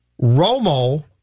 Romo